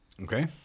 Okay